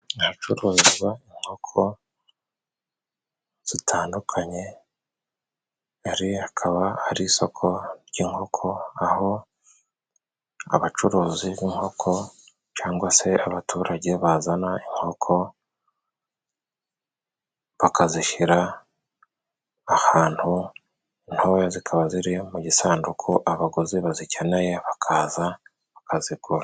Ahacururizwa inkoko zitandukanye, hariya hakaba hari isoko ry'inkoko, aho abacuruzi b'inkoko cyangwa se abaturage bazana inkoko bakazishyira ahantu, intoya zikaba ziri mu gisanduku, abaguzi bazikeneye bakaza bakazigura.